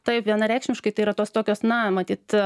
taip vienareikšmiškai tai yra tos tokios na matyt